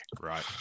Right